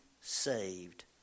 saved